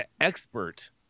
expert